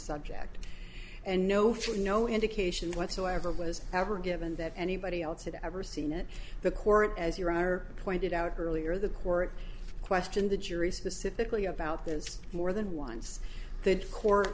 subject and no fuel no indication whatsoever was ever given that anybody else had ever seen it the court as you are pointed out earlier the court questioned the jury specifically about this more than once that co